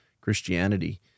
Christianity